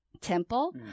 temple